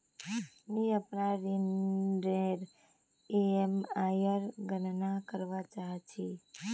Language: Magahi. मि अपनार ऋणनेर ईएमआईर गणना करवा चहा छी